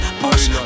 push